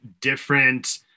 different